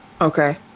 Okay